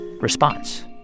response